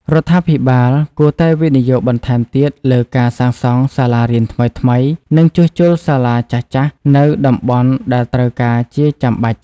រដ្ឋាភិបាលគួរតែវិនិយោគបន្ថែមទៀតលើការសាងសង់សាលារៀនថ្មីៗ និងជួសជុលសាលាចាស់ៗនៅតំបន់ដែលត្រូវការជាចាំបាច់។